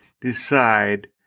decide